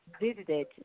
visited